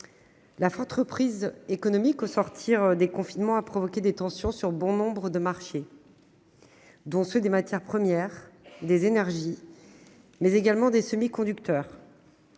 La forte reprise économique au sortir des confinements a provoqué des tensions sur bon nombre de marchés, dont ceux des matières premières, des énergies, mais également des semi-conducteurs.